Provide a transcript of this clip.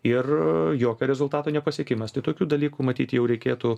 ir jokio rezultato nepasiekimas tai tokių dalykų matyt jau reikėtų